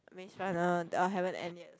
Maze-Runner orh haven't end yet